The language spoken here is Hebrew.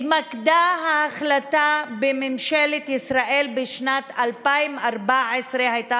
ההחלטה בממשלת ישראל בשנת 2014 הייתה